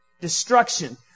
Destruction